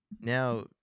Now